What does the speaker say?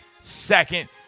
second